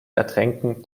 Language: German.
ertränken